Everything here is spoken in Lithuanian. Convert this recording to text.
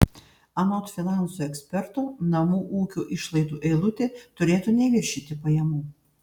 anot finansų eksperto namų ūkio išlaidų eilutė turėtų neviršyti pajamų